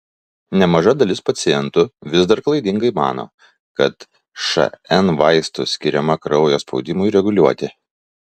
nemaža dalis pacientų vis dar klaidingai mano kad šn vaistų skiriama kraujo spaudimui reguliuoti